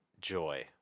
joy